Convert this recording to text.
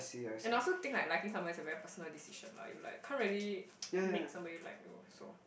and I also think like liking somebody is a very personal decision lah you like can't really make somebody like you also